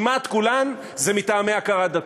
כמעט כולן מטעמי הכרה דתית.